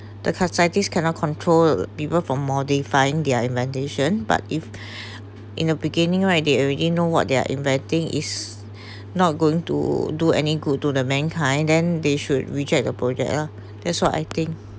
the scientists cannot control people for modifying their inundation but if in the beginning right they already know what they're inventing is not going to do any good to the mankind then they should reject the project lah that's what I think